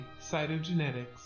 cytogenetics